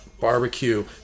Barbecue